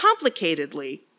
complicatedly